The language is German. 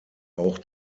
auch